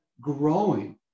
growing